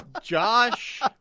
Josh